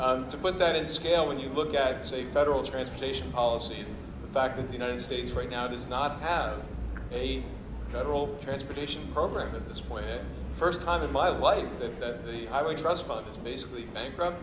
to put that in scale when you look at say federal transportation policy the fact that the united states right now does not have a federal transportation program at this point the first time of my life that the highway trust fund is basically bankrupt